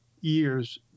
years